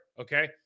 okay